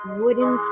wooden